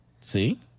See